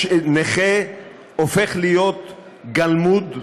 נכה הופך להיות גלמוד,